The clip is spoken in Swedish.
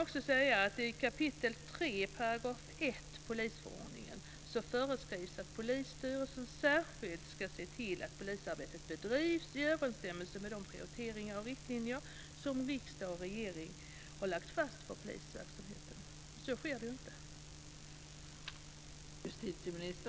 I 3 kap. 1 § polisförordningen föreskrivs att polisstyrelsen särskilt ska se till att polisarbetet bedrivs i överensstämmelse med de prioriteringar och riktlinjer som riksdag och regering har lagt fast för polisverksamheten. Så sker inte.